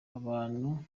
abantu